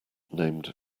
named